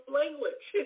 language